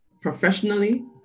professionally